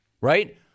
right